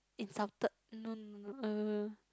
insulted no uh